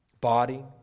Body